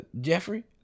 Jeffrey